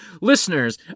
Listeners